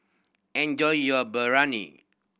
enjoy your Biryani